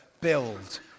build